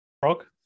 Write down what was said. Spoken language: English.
Frog